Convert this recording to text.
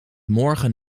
morgen